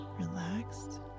Relaxed